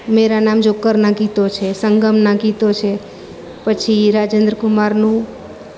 મેરા નામ જોકરના ગીતો છે સંગમના ગીતો છે પછી રાજેન્દ્ર કુમારનું